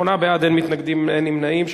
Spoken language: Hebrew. שמונה בעד, אין מתנגדים, אין נמנעים.